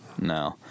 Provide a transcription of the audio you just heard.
No